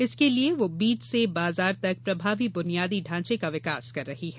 इसके लिये वह बीज से बाजार तक प्रभावी बुनियादी ढांचे का विकास कर रही है